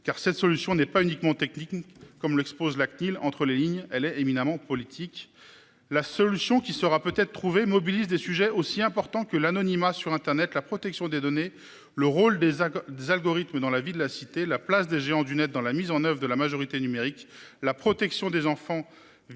car cette solution n'est pas uniquement technique comme l'expose la CNIL entre les lignes, elle est éminemment politique. La solution qui sera peut être trouvée mobilise des sujets aussi importants que l'anonymat sur Internet la protection des données. Le rôle des, des algorithmes dans la vie de la cité, la place des géants du Net dans la mise en oeuvre de la majorité numérique, la protection des enfants. Face